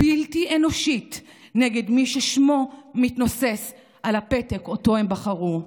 בלתי אנושית נגד מי ששמו מתנוסס על הפתק שאותו הם בחרו.